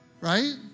right